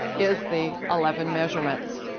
is the eleven measurements.